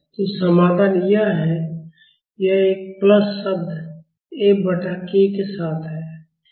तो समाधान यह है यह एक प्लस शब्द F बटा k के साथ है